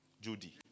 Judy